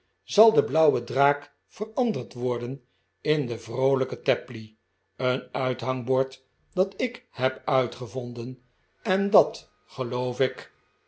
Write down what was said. zal de blauwe draak veranderd worden in de vroolijke tapley een uithangbord dat ik heb uitgevonden en dat geloof ik